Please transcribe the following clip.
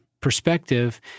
perspective